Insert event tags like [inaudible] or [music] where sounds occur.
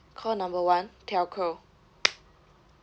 call number one telco [noise]